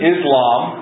Islam